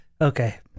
okay